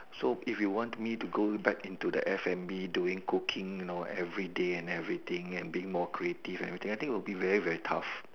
so if you want me to go back into the F&B doing cooking you know everyday and everything and being more creative and everything I think it will be very very tough